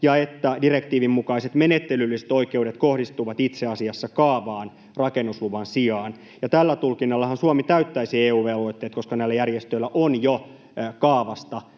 ja että direktiivin mukaiset menettelylliset oikeudet kohdistuvat itse asiassa kaavaan rakennusluvan sijaan, ja tällä tulkinnallahan Suomi täyttäisi EU-velvoitteet, koska näillä järjestöillä on jo kaavasta